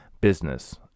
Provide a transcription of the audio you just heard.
business